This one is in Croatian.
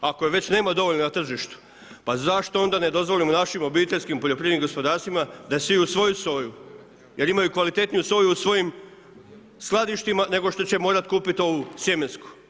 A ako je već nema dovoljno na tržištu, pa zašto onda ne dozvolimo našim obiteljskim poljoprivrednim gospodarstvima da siju svoju soju, jer imaju kvalitetniju soju u svojim skladištima nego što će morati kupiti ovu sjemensku.